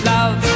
Love